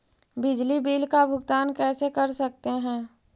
बिजली बिल का भुगतान कैसे कर सकते है?